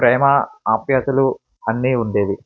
ప్రేమ ఆప్యాయతలు అన్నీ ఉండేవి